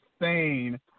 insane